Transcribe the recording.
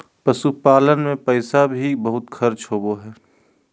पशुपालन मे पैसा भी बहुत खर्च होवो हय